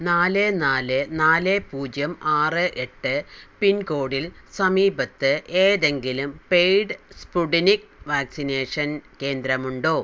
നാല് നാല് നാല് പൂജ്യം ആറ് എട്ട് പിൻകോഡിൽ സമീപത്ത് ഏതെങ്കിലും പെയ്ഡ് സ്പുട്നിക് വാക്സിനേഷൻ കേന്ദ്രമുണ്ടോ